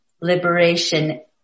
liberation